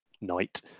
night